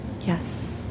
Yes